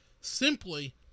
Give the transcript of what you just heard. simply